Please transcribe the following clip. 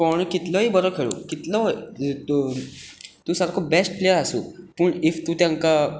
कोण कितलोय बरो खेळूं कितलोय तूं सारको बॅस्ट प्लेयर आसूं पूण इफ तूं तांकां